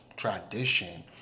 tradition